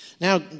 Now